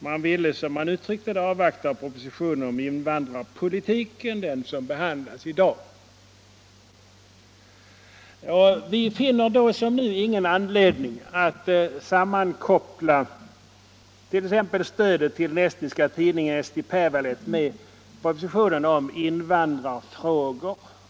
Man ville, som man uttryckte det, avvakta propositionen om invandrarpolitiken, alltså den proposition som behandlas i dag. Vi finner nu som då ingen anledning att sammankoppla t.ex. stödet till den estniska tidningen Eesti Päevaleht med propositionen om invandrarfrågor.